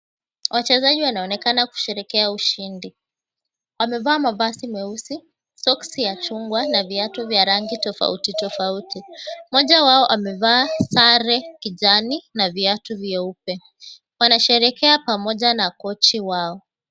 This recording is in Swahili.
Wachezaji wanaonekana kusherehekea ushindi. Wamevaa mavazi meusi, socks ya chungwa na viatu vya rangi tofauti tofauti. Mmoja wao amevaa sare kijani na viatu vyeupe. Wanasherehekea pamoja na kocha wao.